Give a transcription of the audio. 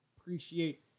appreciate